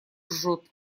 жжет